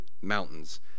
mountains